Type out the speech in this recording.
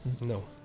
No